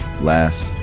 last